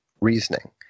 reasoning